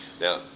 Now